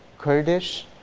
kurdish,